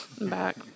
back